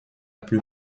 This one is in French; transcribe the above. plus